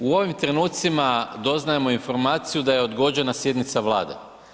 U ovim trenucima doznajemo informaciju da je odgođena sjednica Vlade.